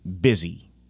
busy